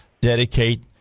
dedicate